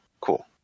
cool